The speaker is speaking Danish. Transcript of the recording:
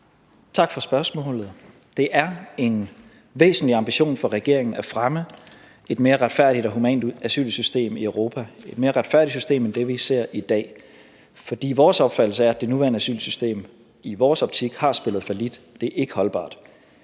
Tak for spørgsmålet. Det er en væsentlig ambition for regeringen at fremme et mere retfærdigt og humant asylsystem i Europa – et mere retfærdigt system end det, vi ser i dag. For vores opfattelse er, at det nuværende asylsystem har spillet fallit. Det er ikke holdbart.